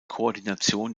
koordination